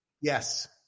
Yes